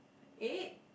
eight